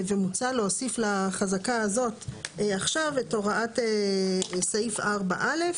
ומוצע להוסיף לחזקה הזאת עכשיו את הוראת סעיף 4א,